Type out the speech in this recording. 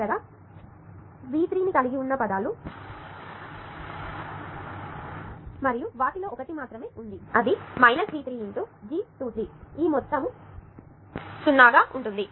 చివరగా V3 ని కలిగి ఉన్న పదాలు మరియు వాటిలో ఒకటి మాత్రమే ఉంది అది V 3 × G2 3 ఈ మొత్తం 0 గా ఉంటుంది